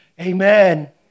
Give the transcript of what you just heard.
Amen